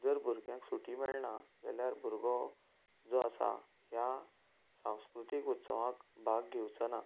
जर भुरग्याक सुटी मेळना जाल्यार भुरगो जो आसा ह्या सांस्कृतीक उत्सवांत भाग घेवचो ना